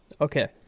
Okay